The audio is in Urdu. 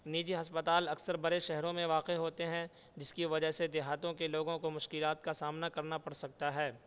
نجی ہسپتال اکثر برے شہروں میں واقع ہوتے ہیں جس کی وجہ سے دیہاتوں کے لوگوں کو مشکلات کا سامنا کرنا پڑ سکتا ہے